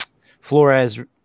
Flores